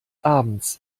abends